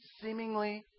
Seemingly